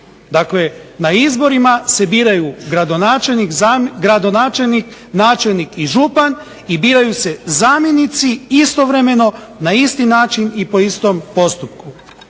Dakle, na izborima se biraju gradonačelnik, načelnik i župan, i biraju se zamjenici istovremeno na isti način i po istom postupku.